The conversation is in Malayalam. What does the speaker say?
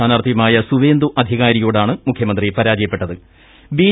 സ്ഥാനാർത്ഥിയുമായി ്ട്സുവേന്ദു അധികാരിയോടാണ് മുഖ്യമന്ത്രി പരാജയപ്പെട്ടിര്ട് ബി